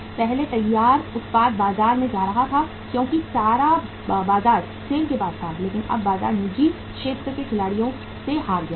पहले तैयार उत्पाद बाजार में जा रहा था क्योंकि सारा बाजार सेल के पास था लेकिन अब बाजार निजी क्षेत्र के खिलाड़ियों से हार गया है